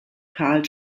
carl